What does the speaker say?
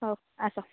ହଉ ଆସ